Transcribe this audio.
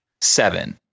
seven